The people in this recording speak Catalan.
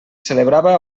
celebrava